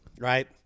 right